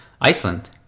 Iceland